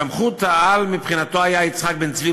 סמכות-העל מבחינתו הייתה יצחק בן-צבי,